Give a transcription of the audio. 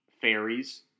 fairies